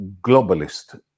globalist